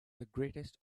greatest